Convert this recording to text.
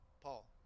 Paul